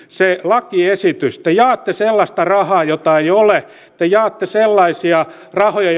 se lakiesitys te jaatte sellaista rahaa jota ei ole te jaatte sellaisia rahoja